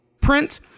print